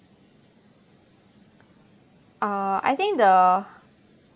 uh I think the